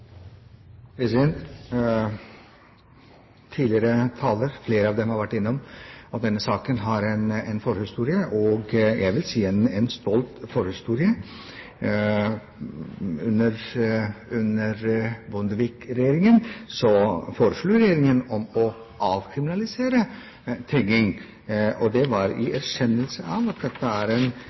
Flere av de tidligere talerne har vært innom at denne saken har en forhistorie – og jeg vil si en stolt forhistorie. Bondevik-regjeringen foreslo å avkriminalisere tigging. Det var i erkjennelsen av at dette er en